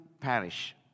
parish